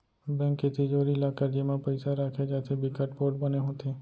bank के तिजोरी, locker जेमा पइसा राखे जाथे बिकट पोठ बने होथे